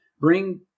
bring